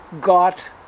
got